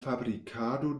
fabrikado